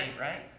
right